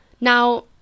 now